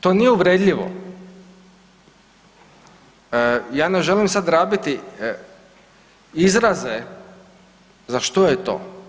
To nije uvredljivo, ja ne želim sad rabiti izraze za što je to.